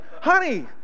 honey